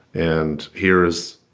and here is,